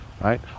right